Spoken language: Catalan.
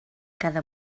cada